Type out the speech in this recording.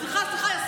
סליחה, סליחה, יסמין.